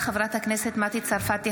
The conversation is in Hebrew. לחיבור מתקנים לייצור חשמל סולרי באזור הצפון.